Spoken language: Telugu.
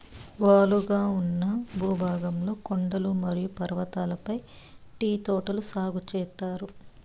వాలుగా ఉన్న భూభాగంలో కొండలు మరియు పర్వతాలపై టీ తోటలు సాగు చేత్తారు